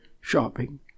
shopping